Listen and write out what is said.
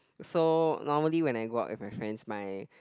so normally when I go out with my friends my